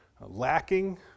lacking